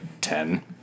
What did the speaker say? ten